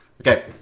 okay